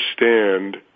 understand